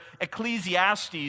Ecclesiastes